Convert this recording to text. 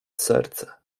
serce